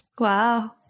wow